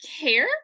care